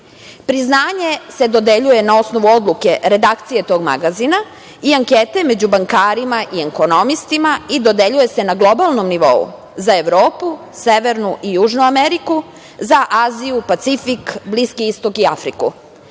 uspeh. Priznanje se dodeljuje na osnovu odluke redakcije tog magazine i ankete među bankarima i ekonomistima i dodeljuje se na globalnom nivou za Evropu, Severnu i Južnu Ameriku, za Aziju, Pacifik, Bliski Istok i Afriku.